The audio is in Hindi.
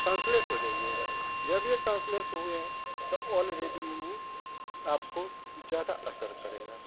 सेंसलेस हो जाइएगा जब ये सेंसलेस हो गए तो ऑलरेडी यूं आपको ज़्यादा असर करेगा